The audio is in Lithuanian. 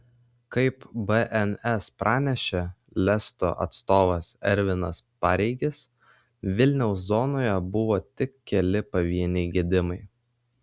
kaip bns pranešė lesto atstovas ervinas pareigis vilniaus zonoje buvo tik keli pavieniai gedimai